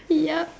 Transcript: yup